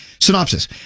Synopsis